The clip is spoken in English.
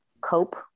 cope